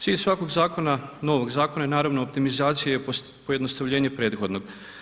Cilj svakog zakona, novog zakona je naravno optimizacija i pojednostavljenje prethodnog.